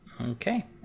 Okay